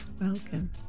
welcome